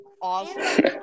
awesome